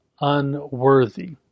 unworthy